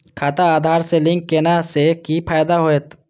खाता आधार से लिंक केला से कि फायदा होयत?